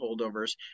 Holdovers